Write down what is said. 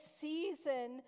season